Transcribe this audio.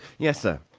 yes, sir,